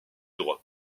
droit